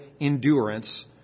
endurance